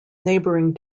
neighboring